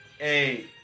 Eight